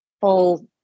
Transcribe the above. full